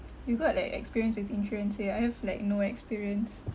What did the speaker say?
you got like experience with insurance eh I have like no experience